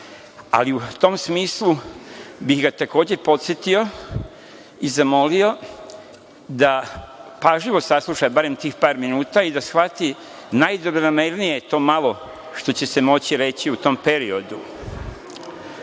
Ali, u tom smislu bih ga takođe podsetio i zamolio da pažljivo sasluša barem tih tri minuta i da shvati najdobronamernije to malo što će se moći reći u tom periodu. Da